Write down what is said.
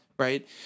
Right